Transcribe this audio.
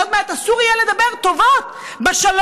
עוד מעט אסור יהיה לדבר טובות בשלום.